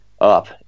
up